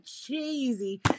cheesy